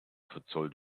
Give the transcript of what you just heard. verzollt